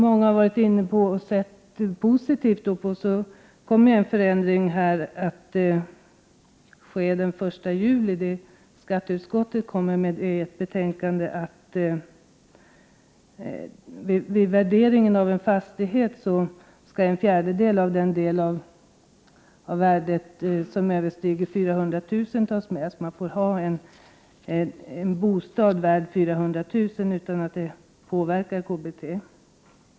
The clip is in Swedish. Många ser positivt på den förändring som sker den 1 juli i år. Skatteutskottet kommer i ett betänkande att ta upp denna fråga. Vid värderingen av en fastighet skall en fjärdedel av den del av värdet som överstiger 400 000 kr. tas med. Man får således ha en bostad som är värd upp till 400 000 kr. utan att det påverkar KBT.